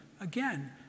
Again